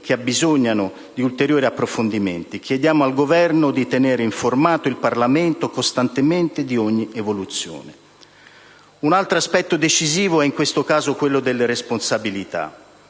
che abbisognano di ulteriori approfondimenti, e chiediamo al Governo di tenere costantemente informato il Parlamento di ogni evoluzione. Un altro aspetto decisivo è in questo caso quello delle responsabilità.